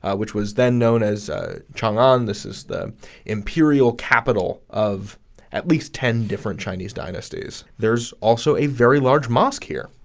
which was then known as chang'an. this is the imperial capital of at least ten different chinese dynasties. there's also a very large mosque here.